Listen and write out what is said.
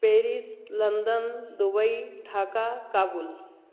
Paris London Dubai Dhaka Kabul